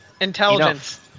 Intelligence